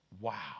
Wow